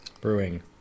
brewing